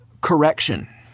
correction